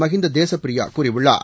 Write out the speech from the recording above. மஹிந்த தேசுப்பிரியா கூறியுள்ளார்